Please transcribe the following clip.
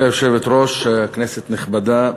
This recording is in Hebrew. גברתי היושבת-ראש, כנסת נכבדה,